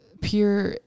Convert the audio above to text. pure